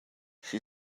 she